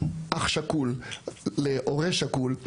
אח שכול להורה שכול,